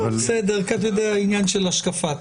אתה יודע, עניין של השקפה.